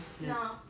No